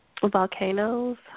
Volcanoes